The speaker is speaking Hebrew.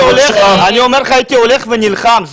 אני אומר לך, הייתי הולך ונלחם.